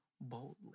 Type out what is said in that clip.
boldly